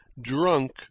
drunk